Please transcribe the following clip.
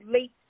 late